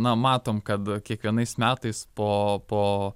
na matom kad kiekvienais metais po po